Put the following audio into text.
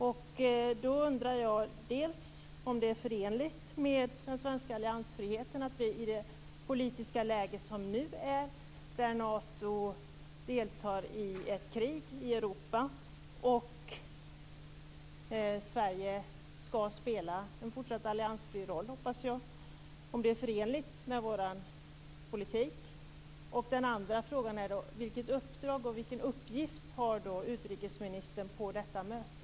Jag undrar om det är förenligt med den svenska alliansfriheten att göra det i det politiska läge som nu råder, då Nato deltar i ett krig i Europa och Sverige skall spela en fortsatt alliansfri roll, hoppas jag. Är det förenligt med vår politik? Den andra frågan är: Vilket uppdrag och vilken uppgift har utrikesministern på detta möte?